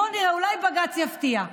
בוא נראה, אולי בג"ץ יפתיע.